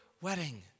wedding